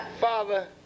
Father